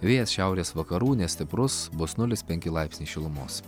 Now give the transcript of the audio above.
vėjas šiaurės vakarų nestiprus vos nulis penki laipsniai šilumos